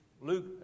Luke